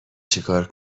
چیکار